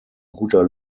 guter